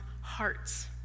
hearts